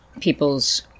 people's